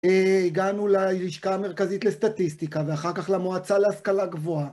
הגענו ללשכה המרכזית לסטטיסטיקה ואחר כך למועצה להשכלה גבוהה.